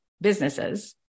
businesses